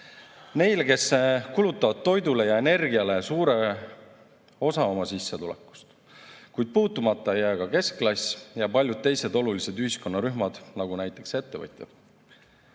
neile, kes kulutavad toidule ja energiale suure osa oma sissetulekust. Kuid puutumata ei jää ka keskklass ja paljud teised olulised ühiskonnarühmad, nagu näiteks ettevõtjad.